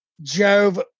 Jove